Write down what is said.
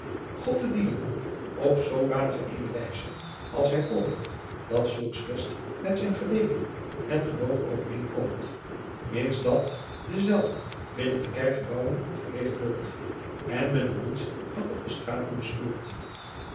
god te dienen op zoodanige eene wijze als hij oordeelt dat zulks best met zijn geweten en geloof overeenkomt mits dat dezelve binnen de kerkgebouwen verrigt wordt en men er niets van op adriaan loosjes pzn het leven van maurits lijnslager de straten bespeurt